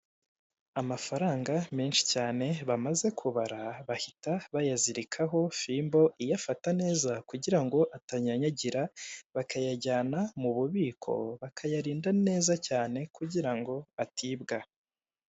Amafaranga menshi cyane bamaze kubara bahita bayazirikaho fimbo iyafata neza kugira ngo atanyanyagira bakayajyana mu bubiko bakayarinda neza cyane kugira atibwa.